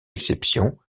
exceptions